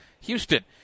houston